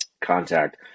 contact